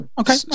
Okay